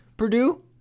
Purdue